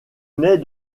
naît